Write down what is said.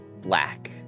black